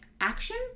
action